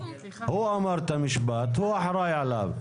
הוא אמר את המשפט, הוא אחראי עליו.